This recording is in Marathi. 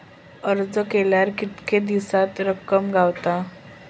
अर्ज केल्यार कीतके दिवसात रक्कम गावता?